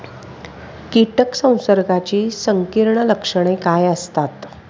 कीटक संसर्गाची संकीर्ण लक्षणे काय असतात?